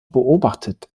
beobachtet